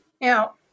Now